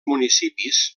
municipis